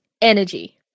energy